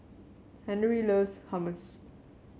Henery loves Hummus